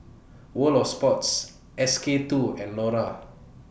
World of Sports S K two and Lora